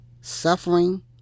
suffering